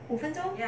五分钟